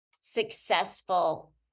successful